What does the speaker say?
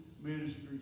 ministry